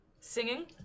Singing